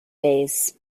days